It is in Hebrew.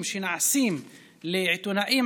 זה מה שמועבר לעיתונאים